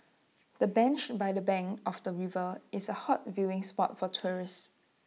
the bench by the bank of the river is A hot viewing spot for tourists